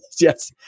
yes